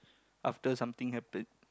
after something happen